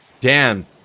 Dan